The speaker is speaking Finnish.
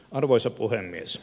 arvoisa puhemies